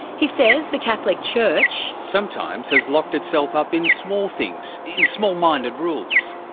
he says the catholic church sometimes has locked itself up in small things, in small-minded rules.